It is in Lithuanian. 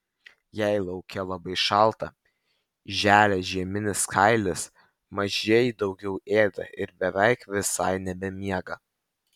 jei lauke labai šalta želia žieminis kailis mažieji daugiau ėda ir beveik visai nebemiega